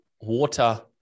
water